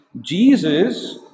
Jesus